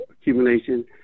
accumulation